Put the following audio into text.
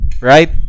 right